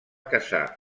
casar